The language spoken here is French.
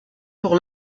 pour